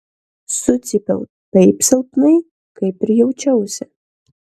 sucypiau taip silpnai kaip ir jaučiausi